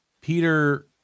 Peter